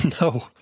No